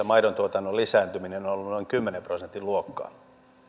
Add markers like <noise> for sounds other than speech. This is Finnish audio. <unintelligible> maidontuotannon lisääntyminen on ollut noin kymmenen prosentin luokkaa